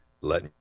let